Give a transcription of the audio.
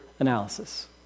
analysis